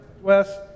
Wes